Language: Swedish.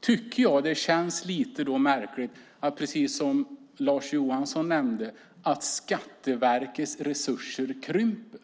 tycker jag att det känns lite märkligt att, precis som Lars Johansson nämnde, Skatteverkets resurser krymper.